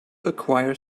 acquire